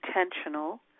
intentional